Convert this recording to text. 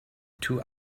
two